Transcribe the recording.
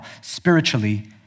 spiritually